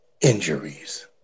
Injuries